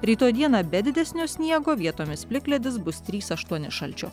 rytoj dieną be didesnio sniego vietomis plikledis bus trys aštuoni šalčio